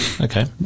Okay